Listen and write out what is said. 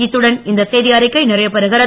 இத்துடன் இந்த செய்திஅறிக்கை நிறைவுபெறுகிறது